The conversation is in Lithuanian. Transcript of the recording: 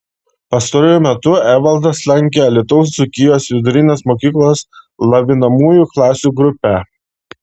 pastaruoju metu evaldas lankė alytaus dzūkijos vidurinės mokyklos lavinamųjų klasių grupę